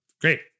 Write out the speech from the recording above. Great